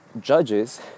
judges